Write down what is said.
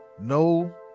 no